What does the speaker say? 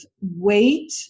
weight